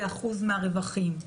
כאחוז מהרווחים.